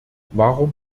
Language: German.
warum